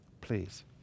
Please